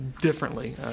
differently